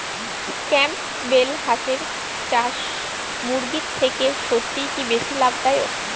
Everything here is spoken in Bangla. ক্যাম্পবেল হাঁসের চাষ মুরগির থেকে সত্যিই কি বেশি লাভ দায়ক?